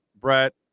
Brett